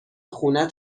خونه